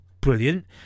Brilliant